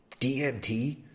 DMT